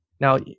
now